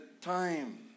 time